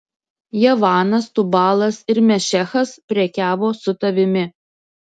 javanas tubalas ir mešechas prekiavo su tavimi